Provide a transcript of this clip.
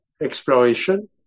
Exploration